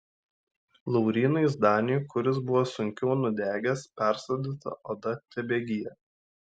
laurynui zdaniui kuris buvo sunkiau nudegęs persodinta oda tebegyja